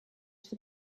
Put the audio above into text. for